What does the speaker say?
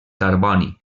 carboni